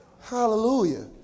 Hallelujah